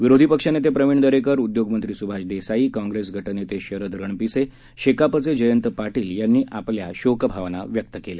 विरोधी पक्षनेते प्रवीण दरेकर उद्योगमंत्री सुभाष देसाई काँप्रेस गटनेते शरद रणपिसे शेकापचे जयंत पाटील यांनी आपल्या शोकभावना व्यक्त केल्या